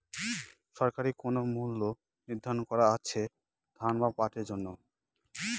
সরকারি কোন মূল্য নিধারন করা আছে ধান বা পাটের জন্য?